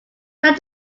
that